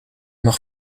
mag